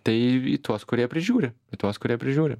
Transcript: tai į tuos kurie prižiūri tuos kurie prižiūri